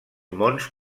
mons